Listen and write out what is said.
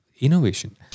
innovation